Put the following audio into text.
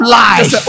life